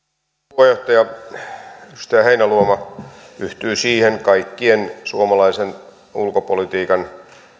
puheenjohtaja edustaja heinäluoma yhtyi siihen kaikkien suomalaisen ulkopolitiikan